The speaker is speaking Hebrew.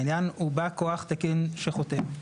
העניין הוא בא כוח תקין שחותם.